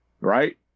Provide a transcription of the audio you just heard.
right